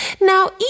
Now